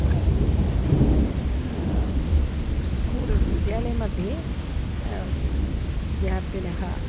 अदि स्कूल् विद्यालयमध्ये विद्यार्थिनः